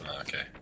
Okay